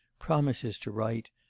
promises to write,